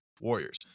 Warriors